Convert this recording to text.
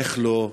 איך לא?